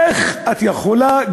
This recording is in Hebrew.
איך את יכולה,